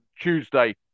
Tuesday